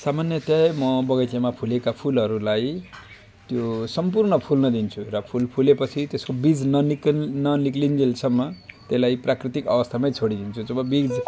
समान्यत म बगैँचामा फुलेका फुलहरूलाई त्यो सम्पूर्ण फुल्न दिन्छु र फुल फुलेपछि त्यसको बीज ननिक्लिन्जेलसम्म त्यसलाई प्राकृतिक अवस्थामै छोडिदिन्छु जब बीज